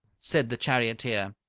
said the charioteer.